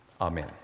Amen